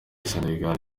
senegal